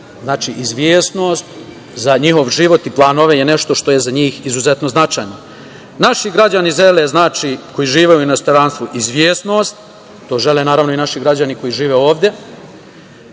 znači, izvesnost za njihov život i planove je nešto što je za njih izuzetno značajno. Naši građani koji žive u inostranstvu žele izvesnost, to žele, naravno, i naši građani koji žive ovde,